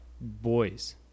boys